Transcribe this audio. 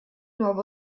nuovo